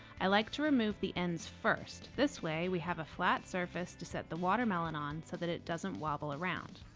i like to remove the ends first, this way, we have a flat surface to set the watermelon on so that it doesn't wobble around.